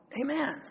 Amen